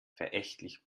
verächtlich